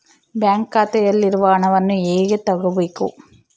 Bank ಖಾತೆಯಲ್ಲಿರುವ ಹಣವನ್ನು ಹೇಗೆ ತಗೋಬೇಕು?